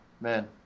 man